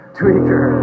tweaker